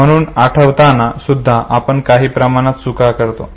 म्हणून आठवतांना सुद्धा आपण काही प्रमाणात चुका करतो